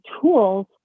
tools